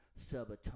subatomic